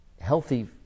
healthy